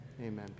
amen